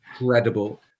incredible